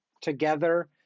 together